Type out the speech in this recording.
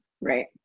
Right